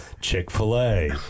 Chick-fil-A